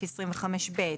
לפי 25(ב),